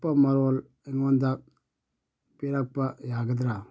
ꯑꯀꯨꯞꯄ ꯃꯔꯣꯜ ꯑꯩꯉꯣꯟꯗ ꯄꯤꯔꯛꯄ ꯌꯥꯒꯗ꯭ꯔꯥ